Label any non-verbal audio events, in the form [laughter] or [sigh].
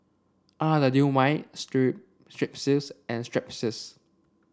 [unintelligible] Strepsils and Strepsils